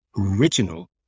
original